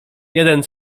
jeden